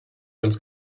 ganz